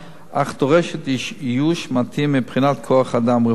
אך דורשת איוש מתאים מבחינת כוח-אדם רפואי.